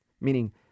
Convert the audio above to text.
meaning